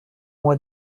mois